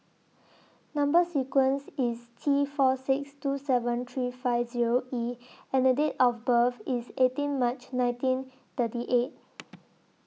Number sequence IS T four six two seven three five Zero E and The Date of birth IS eighteen March nineteen thirty eight